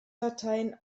dateien